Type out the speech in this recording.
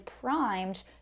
primed